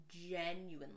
genuinely